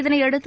இதனையடுத்து